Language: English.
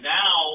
now